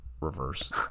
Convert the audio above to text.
reverse